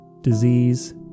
disease